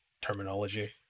terminology